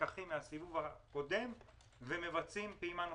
לקחים מן הסיבוב הקודם ומבצעים פעימה נוספת.